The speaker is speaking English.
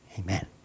amen